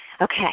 Okay